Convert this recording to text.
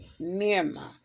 Mirma